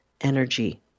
energy